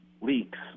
leaks